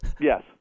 Yes